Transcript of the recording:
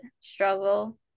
struggle